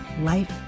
life